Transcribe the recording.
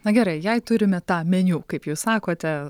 na gerai jei turime tą meniu kaip jūs sakote